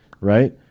right